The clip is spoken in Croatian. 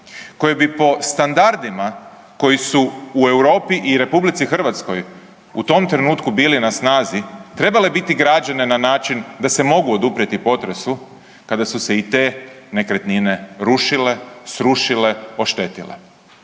koje bi po standardima koji su u Europi i RH u tom trenutku bili na snazi, trebale biti građene na način da se mogu oduprijeti potresu kada su se i te nekretnine rušile, srušile, oštetile.